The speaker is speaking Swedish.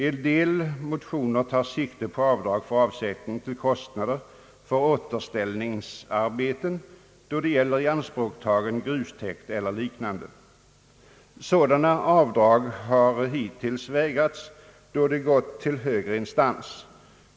En del motioner tar sikte på avdrag för avsättning till kostnader för återställningsarbeten när det gäller grustäkt eller liknande, som tagits i anspråk. Sådana avdrag har hittills vägrats, när ärendena gått till högre instans.